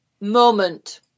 moment